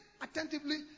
attentively